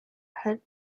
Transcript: had